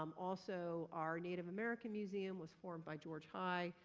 um also our native american museum was formed by george heye.